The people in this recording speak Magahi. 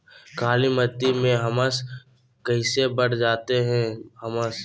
कालीमती में हमस कैसे बढ़ा सकते हैं हमस?